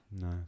No